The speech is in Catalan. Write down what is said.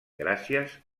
gràcies